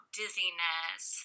dizziness